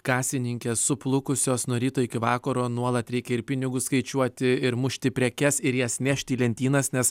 kasininkės suplukusios nuo ryto iki vakaro nuolat reikia ir pinigus skaičiuoti ir mušti prekes ir jas nešti į lentynas nes